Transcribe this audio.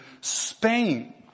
Spain